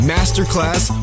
Masterclass